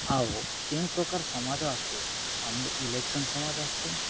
ଆଉ କେଉଁ ପ୍ରକାର ସମାଜ ଆସଚେ ଓନଲି ଇଲେକ୍ସନ ସମାଜ ଆସଚେ